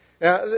Now